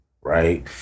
right